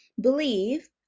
believe